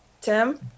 Tim